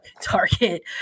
target